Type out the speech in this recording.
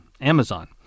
Amazon